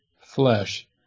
flesh